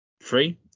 Free